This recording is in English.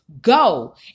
go